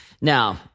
Now